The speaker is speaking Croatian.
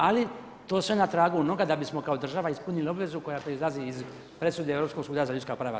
Ali to sve na tragu onoga da bismo kao država ispunili obvezu koja proizlazi iz presude Europskog suda za ljudska prava.